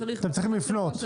אתם צריכים לפנות.